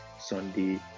sunday